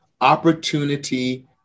opportunity